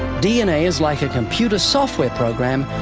dna is like a computer software program,